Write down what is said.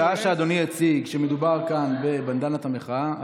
בשעה שאדוני הציג שמדובר כאן בבנדנת המחאה,